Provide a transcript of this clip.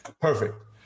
perfect